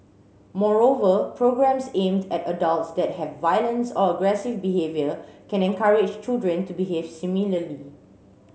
moreover programmes aimed at adults that have violence or aggressive behaviour can encourage children to behave similarly